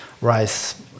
rise